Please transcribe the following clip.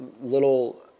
little